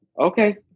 okay